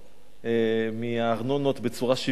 מהארנונות בצורה שוויונית